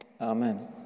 amen